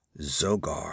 Zogar